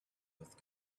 with